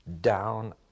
down